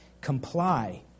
comply